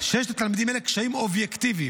שיש לתלמידים האלה קשיים אובייקטיביים.